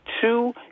Two